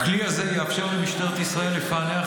הכלי הזה יאפשר למשטרת ישראל לפענח